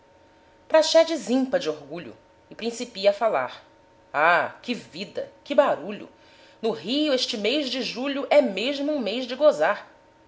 federal praxedes impa de orgulho e principia a falar ah que vida que barulho no rio este mês de julho é mesmo um mês de gozar